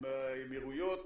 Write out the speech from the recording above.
עם האמירויות,